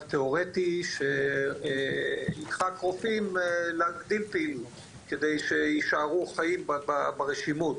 תיאורטי שידחק רופאים להגדיל פעילות כדי שיישארו חיים ברשימות,